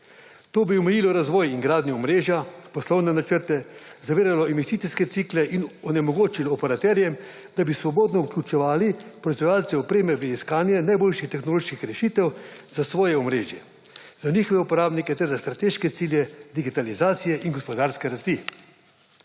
To bi omejilo razvoj in gradnjo omrežja, poslovne načrte, zaviralo investicijske cikle in onemogočilo operaterjem, da bi svobodno vključevali proizvajalce opreme v iskanje najboljših tehnološki rešitev za svoje omrežje, za njihove uporabnike ter za strateške cilje digitalizacije in gospodarske rasti.